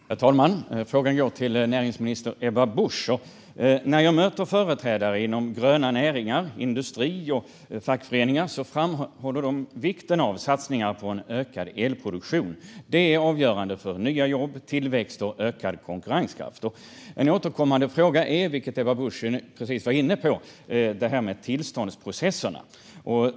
Herr talman! Frågan går till näringsminister Ebba Busch. När jag möter företrädare inom gröna näringar, industri och fackföreningar framhåller de vikten av satsningar på en ökad elproduktion. Det är avgörande för nya jobb, tillväxt och ökad konkurrenskraft. En återkommande fråga är det som Ebba Busch precis var inne på, nämligen frågan om tillståndsprocesserna.